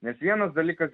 nes vienas dalykas